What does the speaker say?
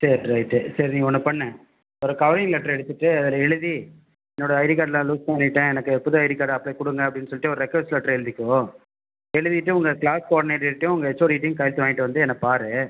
சரி ரைட்டு சரி நீ ஒன்று பண்ணு ஒரு கவரிங் லெட்டர் எடுத்துட்டு அதில் எழுதி என்னோடய ஐடி கார்ட் நான் லூஸ் பண்ணிவிட்டேன் எனக்கு புது ஐடி கார்டு அப்ளே கொடுங்கன்னு அப்படின்னு சொல்லிட்டு ஒரு ரெக்வஸ்ட் லெட்டர் எழுதிக்கோ எழுதிவிட்டு உங்கள் கிளாஸ் குவார்டினேட்டர்ட்டையும் உங்கள் ஹெச்ஓடிக்கிட்டையும் கையெழுத்து வாங்கிட்டு வந்து என்னை பார்